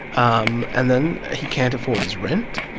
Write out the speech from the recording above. um and then he can't afford his rent.